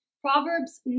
Proverbs